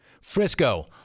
Frisco